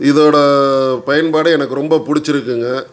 இதோடய பயன்பாடு எனக்கு ரொம்ப பிடிச்சிருக்குங்க